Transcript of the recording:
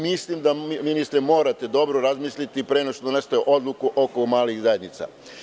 Mislim da, ministre, morate dobro razmisliti pre nego što donesete odluku oko malih zajednica.